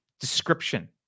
description